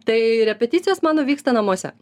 tai repeticijos mano vyksta namuose